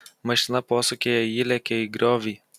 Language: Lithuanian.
mašina posūkyje įlėkė į griovį